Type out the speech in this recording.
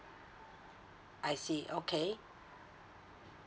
I see okay